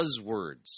buzzwords